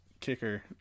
Kicker